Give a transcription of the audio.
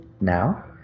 now